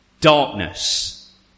Darkness